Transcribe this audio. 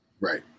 Right